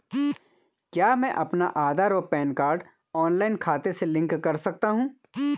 क्या मैं अपना आधार व पैन कार्ड ऑनलाइन खाते से लिंक कर सकता हूँ?